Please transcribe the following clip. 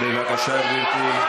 בבקשה, גברתי.